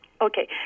Okay